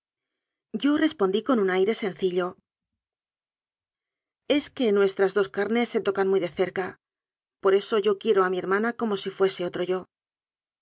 yo respondí con un aire sencillo es que nuestras dos carnes se tocan muy de cerca por eso yo quiero a mi hermana como si fuese otro yo